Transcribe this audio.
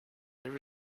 there